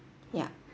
ya